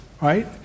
right